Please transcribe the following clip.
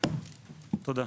תודה.